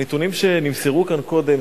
הנתונים שנמסרו כאן קודם,